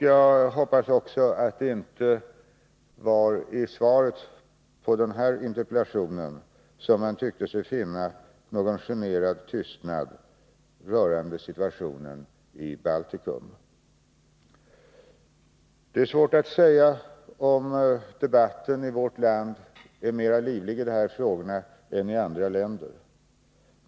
Jag hoppas också att det inte var i svaret på den här interpellationen som man tyckte sig finna någon generad tystnad rörande situationen i Baltikum. Det är svårt att säga om debatten i vårt land är mera livlig i de här frågorna än i andra länder.